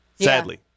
sadly